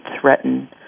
threaten